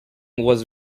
was